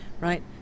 right